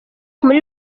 muri